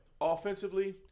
Offensively